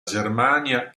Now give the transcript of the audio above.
germania